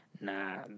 Nah